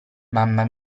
mamma